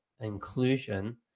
inclusion